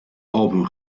album